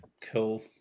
Cool